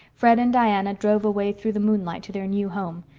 fred and diana drove away through the moonlight to their new home,